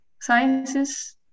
sciences